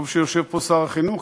טוב שיושב פה שר החינוך,